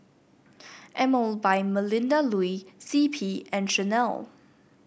Emel by Melinda Looi C P and Chanel